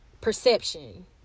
perception